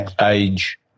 age